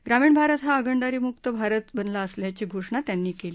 ग्रामीण भारत हा हगणदारी मुक्त भारत बनला असल्याची घोषणा त्यांनी केली